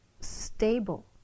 stable